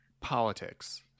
Politics